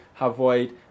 avoid